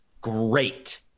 great